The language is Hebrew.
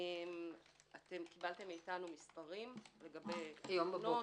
קיבלתם מאתנו מספרים לגבי תלונות,